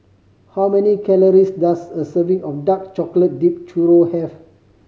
how many calories does a serving of dark chocolate dipped churro have